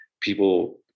people